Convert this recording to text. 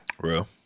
Real